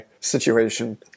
situation